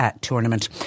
Tournament